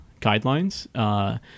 guidelines